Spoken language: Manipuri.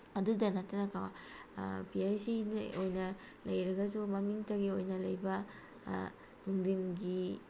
ꯑꯗꯨꯇ ꯅꯠꯇꯅꯀꯣ ꯄꯤ ꯑꯩꯁ ꯁꯤ ꯑꯣꯏꯅ ꯂꯩꯔꯒꯁꯨ ꯃꯃꯤꯡꯇꯒꯤ ꯑꯣꯏꯅ ꯂꯩꯕ ꯅꯨꯡꯊꯤꯟꯒꯤ